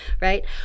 right